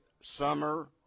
summer